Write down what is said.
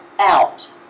out